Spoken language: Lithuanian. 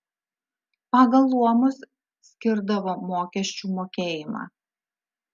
pagal luomus skirdavo mokesčių mokėjimą